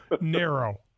narrow